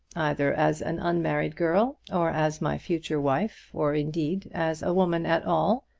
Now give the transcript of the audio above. either as an unmarried girl or as my future wife, or indeed as a woman at all,